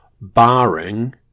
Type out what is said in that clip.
barring